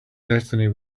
destiny